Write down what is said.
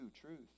truth